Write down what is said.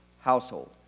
household